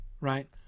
right